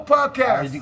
Podcast